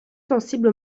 sensible